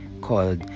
called